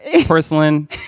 porcelain